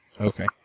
Okay